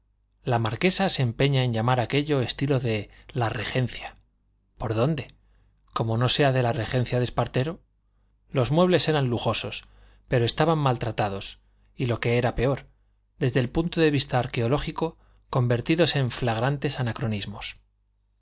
la marquesa se empeña en llamar aquello estilo de la regencia por dónde como no sea de la regencia de espartero los muebles eran lujosos pero estaban maltratados y lo que era peor desde el punto de vista arqueológico convertidos en flagrantes anacronismos